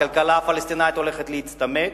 הכלכלה הפלסטינית הולכת להצטמק,